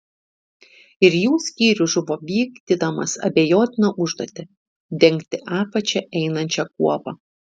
ir jų skyrius žuvo vykdydamas abejotiną užduotį dengti apačia einančią kuopą